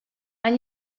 han